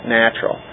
natural